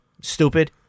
stupid